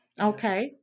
Okay